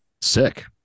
sick